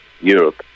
Europe